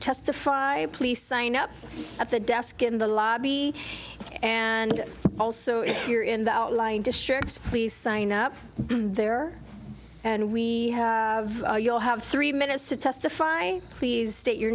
testify please sign up at the desk in the lobby and also if you're in the outlying districts please sign up there and we have you'll have three minutes to testify please state your